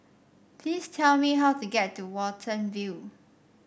please tell me how to get to Watten View